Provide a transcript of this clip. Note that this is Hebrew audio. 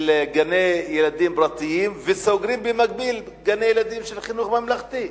גני-ילדים פרטיים וסוגר במקביל גני-ילדים של חינוך ממלכתי.